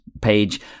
page